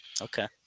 okay